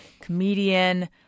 comedian